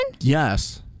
Yes